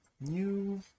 new